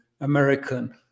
American